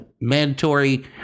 mandatory